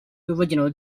original